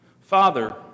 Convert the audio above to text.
Father